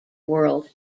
world